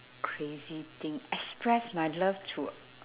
crazy thing express my love to